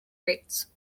rates